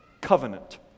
covenant